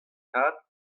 tad